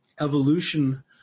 evolution